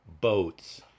boats